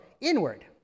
inward